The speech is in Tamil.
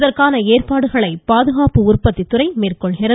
இதற்கான ஏற்பாடுகளை பாதுகாப்பு உற்பத்தி துறை மேற்கொள்கிறது